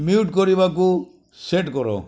mute କରିବାକୁ set କର